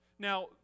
Now